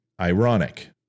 ironic